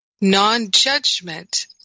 non-judgment